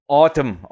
autumn